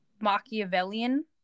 Machiavellian